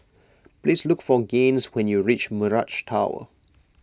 please look for Gaines when you reach Mirage Tower